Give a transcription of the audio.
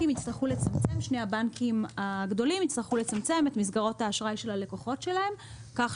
שני הבנקים הגדולים יצטרכו לצמצם את מסגרות האשראי של הלקוחות שלהם כך